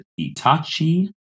Itachi